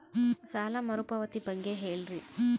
ಸಾಲ ಮರುಪಾವತಿ ಬಗ್ಗೆ ಹೇಳ್ರಿ?